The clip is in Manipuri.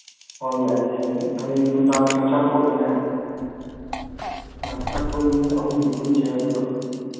ꯍꯣꯏ ꯌꯥꯏꯌꯦ ꯍꯌꯦꯡ ꯍꯌꯦꯡ ꯅꯨꯡꯗꯥꯡ ꯆꯥꯛꯆꯥ ꯇꯣꯛꯑꯒꯅꯦ ꯉꯥꯛꯇꯪ ꯑꯩꯈꯣꯏ ꯃꯤ ꯑꯍꯨꯝꯗꯨ ꯄꯨꯟꯁꯦ ꯑꯗꯨꯒ